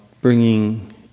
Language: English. bringing